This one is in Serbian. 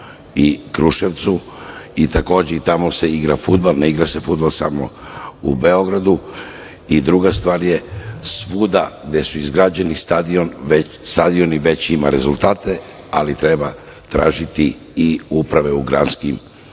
i Kruševcu i takođe i tamo se igra fudbal, ne igra se fudbal samo u Beogradu. I druga stvar, svuda gde su izgrađeni stadioni, već ima rezultata, ali treba tražiti i uprave u granskim